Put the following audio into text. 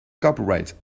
copyright